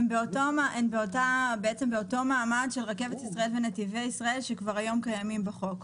הן באותו מעמד של רכבת ישראל ונתיבי ישראל שהיום כבר קיימות בחוק.